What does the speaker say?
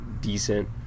decent